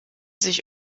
sich